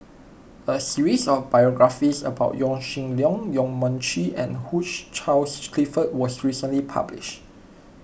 a series of biographies about Yaw Shin Leong Yong Mun Chee and Hugh Charles Clifford was recently published